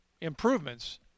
improvements